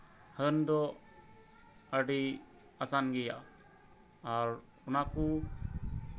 ᱦᱟᱹᱱ ᱫᱚ ᱟᱹᱰᱤ ᱟᱥᱟᱱ ᱜᱮᱭᱟ ᱟᱨ ᱚᱱᱟᱠᱩ